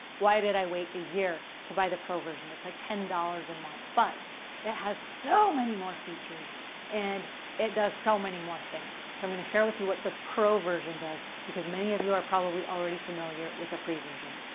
why did i wait a year to buy the pro version? it's like ten dollars a month but it has so many more features and it does so many more things. so, i'm going to share with you what the pro version does because many of you are probably already familiar with the free version.